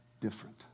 different